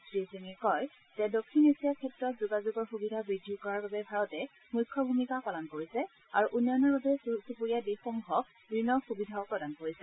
শ্ৰীসিঙে কয় যে দক্ষিণ এছিয়া ক্ষেত্ৰত যোগাযোগৰ সুবিধা বৃদ্ধি কৰাৰ বাবে ভাৰতে মুখ্য ভূমিকা পালন কৰিছে আৰু উন্নয়নৰ বাবে চুবুৰীয়া দেশসমূহক ঋণৰ সুবিধাও প্ৰদান কৰিছে